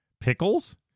Pickles